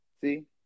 See